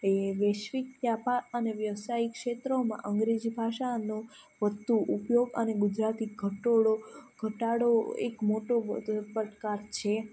તે વૈશ્વિક વ્યાપાર અને વ્યવસાયિક ક્ષેત્રોમાં અંગ્રેજી ભાષાનો વધતો ઉપયોગ અને ગુજરાતી ધટોડો ઘટાડો એક મોટો પડકાર છે